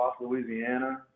Louisiana